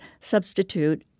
substitute